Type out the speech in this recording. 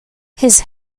his